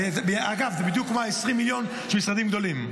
אגב, זה בדיוק כמו ה-20 מיליון של משרדים גדולים.